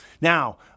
Now